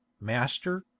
master